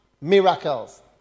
miracles